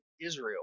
Israel